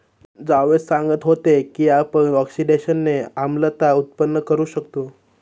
जावेद सांगत होते की आपण ऑक्सिडेशनने आम्लता उत्पन्न करू शकतो